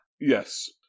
Yes